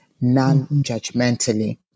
non-judgmentally